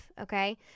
okay